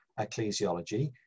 ecclesiology